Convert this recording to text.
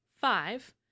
five